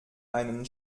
einen